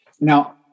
Now